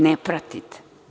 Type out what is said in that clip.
Ne pratite.